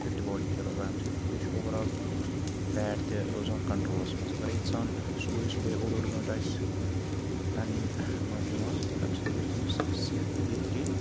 fit body چھِ روزان اَمہِ سۭتۍ تہٕ بیٚیہِ چھُ اُوَرآل فیٹ تہِ روزان کَنٹرولَس منٛز اگرٔے اِنسان صُبحٲے صُبحٲے اوٚڑ اوٚڑ گھٲنٛٹہٕ آسہِ رَنِنٛگ منٛز دِوان تہٕ تَمہِ سۭتۍ روزِ تٔمِس صحت تہِ بہتریٖن